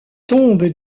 tombes